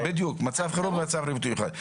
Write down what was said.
מצב חירום ומצב בריאותי מיוחד.